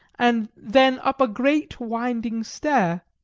and then up a great winding stair,